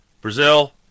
Brazil